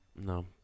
No